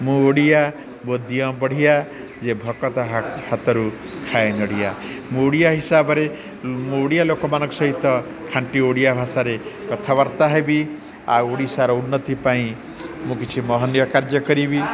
ମୁଁ ଓଡ଼ିଆ ମୋ ଦିଅଁ ବଢ଼ିଆ ଯେ ଭକତ ହା ହାତରୁ ଖାଏ ନଡ଼ିଆ ମୁଁ ଓଡ଼ିଆ ହିସାବରେ ମୁଁ ଓଡ଼ିଆ ଲୋକମାନଙ୍କ ସହିତ ଖାଣ୍ଟି ଓଡ଼ିଆ ଭାଷାରେ କଥାବାର୍ତ୍ତା ହେବି ଆଉ ଓଡ଼ିଶାର ଉନ୍ନତି ପାଇଁ ମୁଁ କିଛି ମହନୀୟ କାର୍ଯ୍ୟ କରିବି